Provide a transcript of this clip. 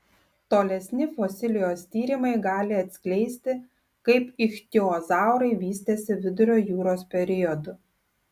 tolesni fosilijos tyrimai gali atskleisti kaip ichtiozaurai vystėsi vidurio jūros periodu